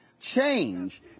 change